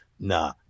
Nah